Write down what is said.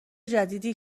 جدیدیه